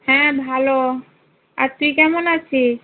হ্যাঁ ভালো আর তুই কেমন আছিস